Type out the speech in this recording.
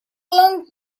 long